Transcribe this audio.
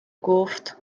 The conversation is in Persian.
گفت